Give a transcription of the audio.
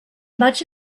much